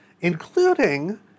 Including